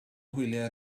hwyliau